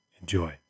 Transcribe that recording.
Enjoy